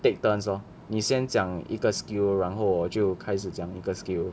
take turns lor 你先讲一个 skill 然后我就开始讲一个 skill